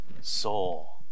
soul